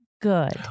good